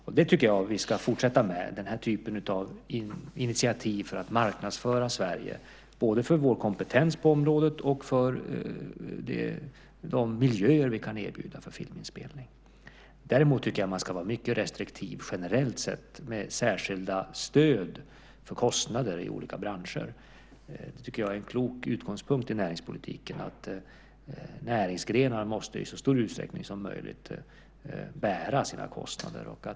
Jag tycker att vi ska fortsätta med den typen av initiativ för att marknadsföra Sverige både för den kompetens vi har på området och för de miljöer vi kan erbjuda för filminspelning. Däremot tycker jag att man generellt ska vara mycket restriktiv med särskilda stöd för kostnader i olika branscher. Jag tycker att det är en klok utgångspunkt i näringspolitiken att näringsgrenar i så stor utsträckning som möjligt måste bära sina kostnader.